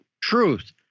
truth